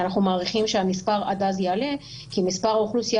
אנחנו מעריכים שהמספר עד אז יעלה כי מספר האוכלוסייה